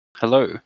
Hello